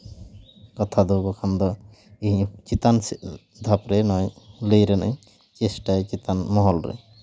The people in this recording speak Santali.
ᱠᱟᱛᱷᱟ ᱫᱚ ᱵᱟᱠᱷᱟᱱ ᱫᱚ ᱤᱧ ᱪᱮᱛᱟᱱ ᱥᱮᱫ ᱫᱷᱟᱯᱨᱮ ᱱᱚᱣᱟ ᱞᱟᱹᱭ ᱨᱮᱱᱟᱜ ᱤᱧ ᱪᱮᱥᱴᱟᱭᱟ ᱪᱮᱛᱟᱱ ᱢᱚᱦᱚᱞ ᱨᱮ